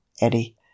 Eddie